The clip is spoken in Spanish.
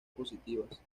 positivas